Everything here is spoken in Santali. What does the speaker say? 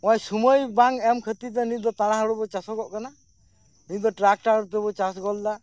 ᱱᱚᱜᱼᱚᱭ ᱥᱚᱢᱚᱭ ᱵᱟᱝ ᱮᱢ ᱠᱷᱟᱹᱛᱤᱨᱛᱮ ᱱᱤᱛ ᱫᱚ ᱛᱟᱲᱟᱦᱩᱲᱳ ᱪᱟᱥᱚᱜᱚᱜ ᱠᱟᱱᱟ ᱱᱤᱛ ᱫᱚ ᱴᱨᱟᱠᱴᱚᱨ ᱛᱮᱵᱚᱱ ᱪᱟᱥ ᱜᱚᱫ ᱫᱟ